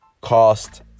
cost